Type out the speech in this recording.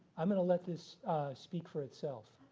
i'm going to let this speak for itself.